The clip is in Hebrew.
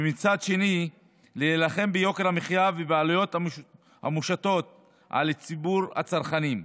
ומצד שני להילחם ביוקר המחיה ובעליות המושתות על ציבור הצרכנים.